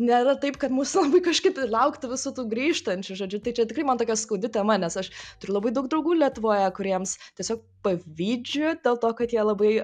nėra taip kad mūsų labai kažkaip ir lauktų visų tų grįžtančių žodžiu tai čia tikrai man tokia skaudi tema nes aš turiu labai daug draugų lietuvoje kuriems tiesiog pavydžiu dėl to kad jie labai